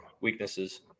weaknesses